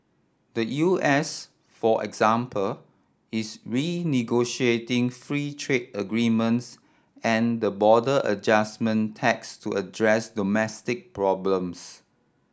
the U S for example is renegotiating free trade agreements and the border adjustment tax to address domestic problems